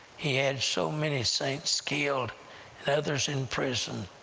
he had so many saints killed and others imprisoned.